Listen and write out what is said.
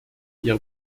wir